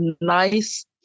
nice